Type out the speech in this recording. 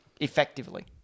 Effectively